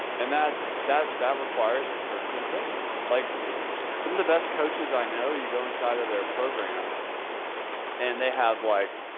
and that's that. that requires personalization. like some of the best coaches i know you go inside of their program and they have like.